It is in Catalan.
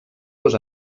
dos